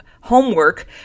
homework